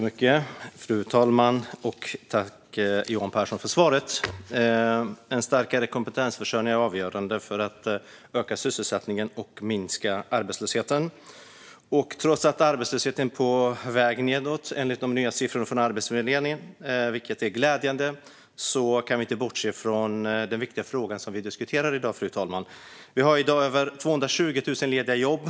Fru talman! Tack, Johan Pehrson, för svaret! En starkare kompetensförsörjning är avgörande för att öka sysselsättningen och minska arbetslösheten. Trots att arbetslösheten är på väg nedåt enligt de nya siffrorna från Arbetsförmedlingen, vilket är glädjande, kan vi inte bortse från den viktiga fråga som vi diskuterar i dag, fru talman. Vi har i dag över 220 000 lediga jobb.